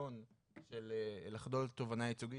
החידלון של לחדול לתובענה ייצוגית,